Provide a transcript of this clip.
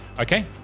Okay